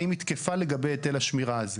האם היא תקפה לגבי היטל השמירה הזה?